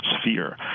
sphere